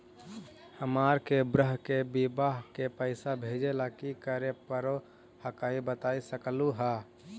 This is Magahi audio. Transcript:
हमार के बह्र के बियाह के पैसा भेजे ला की करे परो हकाई बता सकलुहा?